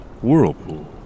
whirlpool